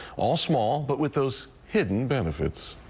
all small but with those hidden benefits.